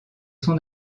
son